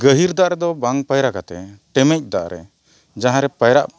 ᱜᱟᱹᱦᱤᱨ ᱫᱟᱜ ᱨᱮᱫᱚ ᱵᱟᱝ ᱯᱟᱭᱨᱟ ᱠᱟᱛᱮᱫ ᱴᱮᱢᱮᱡ ᱫᱟᱜ ᱨᱮ ᱡᱟᱦᱟᱸᱨᱮ ᱯᱟᱭᱨᱟᱜ